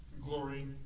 Glory